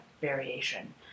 variation